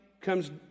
comes